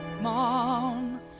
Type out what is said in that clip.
Mom